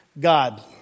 God